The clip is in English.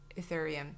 Ethereum